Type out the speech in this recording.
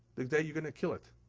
the day, you're going to kill it.